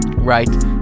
right